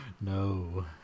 no